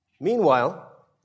Meanwhile